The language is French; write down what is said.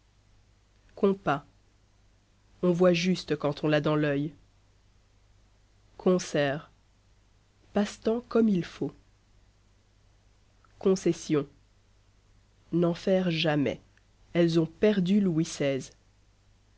compas on voit juste quand on l'a dans l'oeil concert passe-temps comme il faut concessions n'en faire jamais elles ont perdu louis